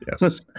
Yes